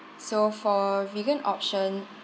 so for vegan option